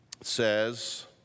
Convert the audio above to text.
says